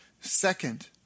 Second